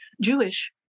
Jewish